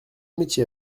métier